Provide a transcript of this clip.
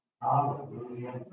Hallelujah